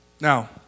Now